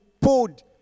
poured